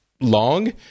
long